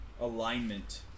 Alignment